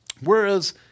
Whereas